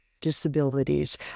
disabilities